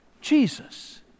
Jesus